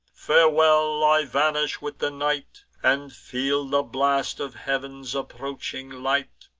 farewell! i vanish with the night, and feel the blast of heav'n's approaching light.